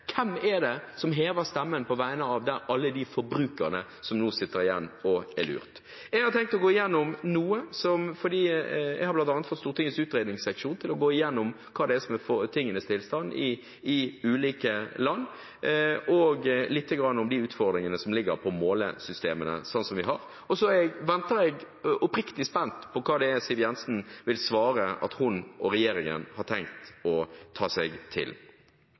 som hever stemmen på vegne av alle forbrukerne som nå sitter igjen og er lurt? Jeg har tenkt å gå gjennom noe: Jeg har bl.a. fått Stortingets utredningsseksjon til å gå gjennom hva som er tingenes tilstand i ulike land, og litt om utfordringene tilknyttet målesystemene vi har. Og jeg venter oppriktig spent på hva Siv Jensen vil svare at hun og regjeringen har tenkt å ta seg til.